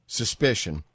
suspicion